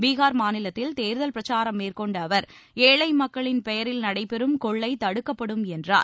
பீகார் மாநிலத்தில் தேர்தல் பிரச்சாரம் மேற்கொண்ட அவர் ஏழை மக்களின் பெயரில் நடைபெறும் கொள்ளை தடுக்கப்படும் என்றார்